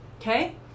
okay